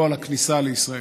לא על הכניסה לישראל,